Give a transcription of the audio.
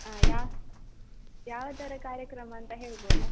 ಯಾವ ಯಾವ ಥರ ಕಾರ್ಯಕ್ರಮ ಅಂತ ಹೇಳ್ಬೋದಾ